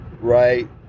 right